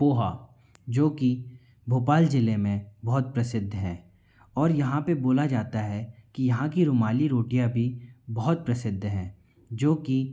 पोहा जो कि भोपाल ज़िले में बहुत प्रसिद्ध है और यहाँ पे बोला जाता है कि यहाँ की रूमाली रोटियाँ भी बहुत प्रसिद्ध हैं जो कि